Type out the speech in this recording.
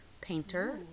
painter